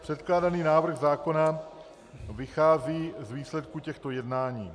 Předkládaný návrh zákona vychází z výsledku těchto jednání.